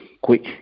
quick